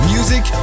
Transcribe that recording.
Music